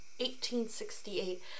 1868